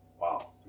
wow